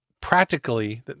practically